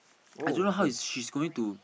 I don't know how is she's going to